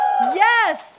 Yes